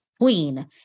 queen